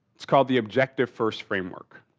it's called the objective first framework.